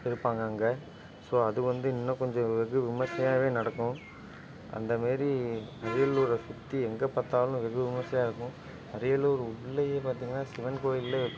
இருப்பாங்க அங்கே ஸோ அது வந்து இன்னும் கொஞ்சம் வெகு விமர்சையாகவே நடக்கும் அந்தமாரி அரியலூரை சுற்றி எங்கே பார்த்தாலும் வெகு விமர்சையாக இருக்கும் அரியலூர் உள்ளயே பார்த்தீங்கனா சிவன் கோயில்லே வெக்